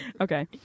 Okay